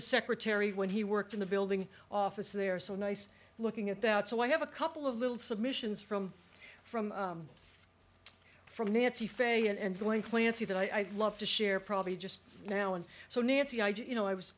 secretary when he worked in the building office they're so nice looking at that so i have a couple of little submissions from from from nancy faith and the way clancy that i'd love to share probably just now and so nancy i did you know i was